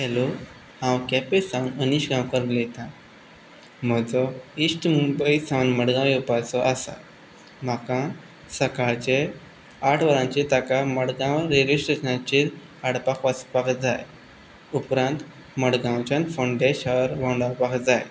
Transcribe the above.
hello हांव केपें सावन अनीश गांवकर उलयतां म्हजो इश्ट सावन मडगांव येवपाचो आसा म्हाका सकाळचे आठ वरांचेर ताका मडगांव रेल्वे स्टेशनाचेर हाडपाक वचपाक जाय उपरांत मडगांवच्यान फोंडें शहर भोंवडावपाक जाय